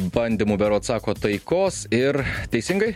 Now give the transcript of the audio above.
bandymu berods sako taikos ir teisingai